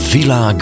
Villa